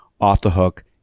off-the-hook